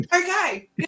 okay